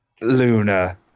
Luna